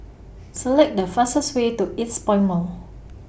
Select The fastest Way to Eastpoint Mall